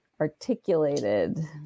articulated